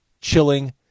chilling